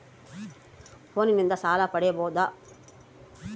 ಫೋನಿನಿಂದ ಸಾಲ ಪಡೇಬೋದ?